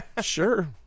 sure